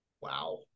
Wow